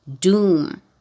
doom